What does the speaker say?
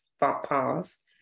pause